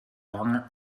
lange